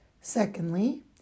Secondly